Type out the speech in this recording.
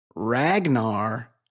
Ragnar